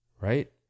right